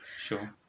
Sure